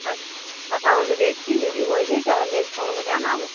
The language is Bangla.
আচ্ছা কথা বলে দেখছি যদি হয়ে যায় তাহলে তোমাকে জানাব